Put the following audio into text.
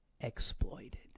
exploited